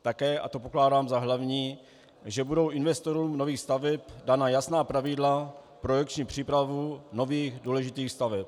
Také, a to pokládám za hlavní, budou investorům nových staveb dána jasná pravidla pro lepší přípravu nových důležitých staveb.